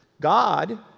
God